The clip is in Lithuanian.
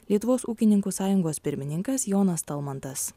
lietuvos ūkininkų sąjungos pirmininkas jonas talmantas